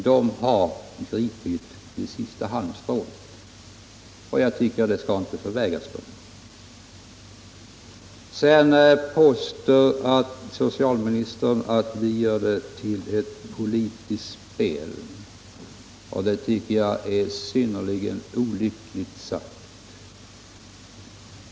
Nu har de gripit efter ett sista halmstrå, och det tycker jag inte att man skall förvägra dem. Socialministern påstod vidare att vi gör denna fråga till ett politiskt spel. Det tycker jag var ett synnerligen olyckligt uttalande.